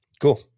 Cool